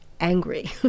angry